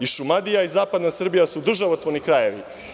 I Šumadija i zapadna Srbija su državotvorni krajevi.